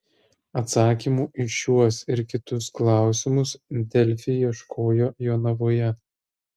atsakymų į šiuos ir kitus klausimus delfi ieškojo jonavoje